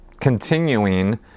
continuing